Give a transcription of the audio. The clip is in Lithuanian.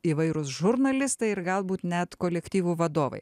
įvairūs žurnalistai ir galbūt net kolektyvų vadovai